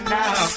now